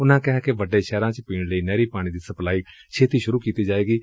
ਉਨਾਂ ਕਿਹਾ ਕਿ ਵੱਡੇ ਸ਼ਹਿਰਾਂ ਚ ਪੀਣ ਲਈ ਨਹਿਰੀ ਪਾਣੀ ਦੀ ਸਪਲਾਈ ਛੇਤੀ ਸ਼ੁਰੁ ਕੀਤੀ ਜਾਏਗੀ